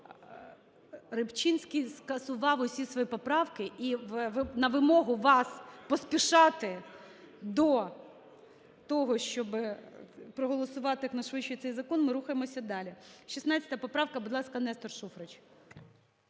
Рибчинськийскасував усі свої поправки, і на вимогу вас поспішати до того, щоби проголосувати якнайшвидше цей закон, ми рухаємося далі. 16 поправка. Будь ласка, Нестор Шуфрич.